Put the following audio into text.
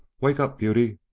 wake up, beauty!